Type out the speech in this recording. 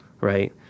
right